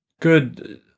good